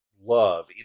love